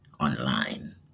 online